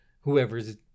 whoever's